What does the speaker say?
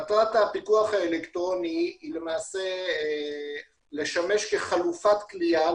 מטרת הפיקוח האלקטרוני היא לשמש כחלופת כליאה,